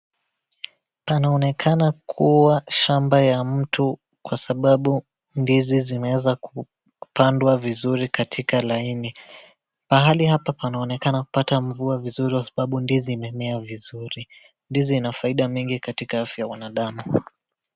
Panaonekana kuwa shamba la mtu kwa sababu ndizi zimeweza kupandwa vizuri katika laini. Pahali hapa panaonekana kupata mvua vizuri kwa sababu ndizi imemea vizuri. Ndizi ina faida mingi katika afya ya wanadamu.